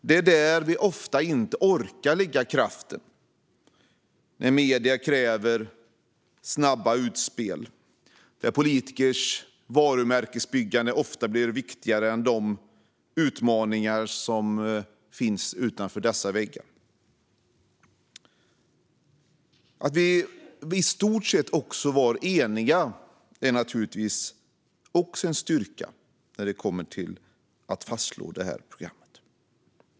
Det är här man ofta inte orkar lägga kraften när medierna kräver snabba utspel och politikers varumärkesbyggande blir viktigare än de utmaningar som finns utanför dessa väggar. Att vi i stort sett också var eniga var givetvis också en styrka för detta program.